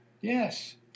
Yes